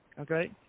Okay